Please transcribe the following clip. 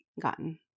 gotten